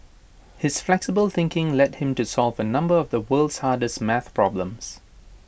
his flexible thinking led him to solve A number of the world's hardest math problems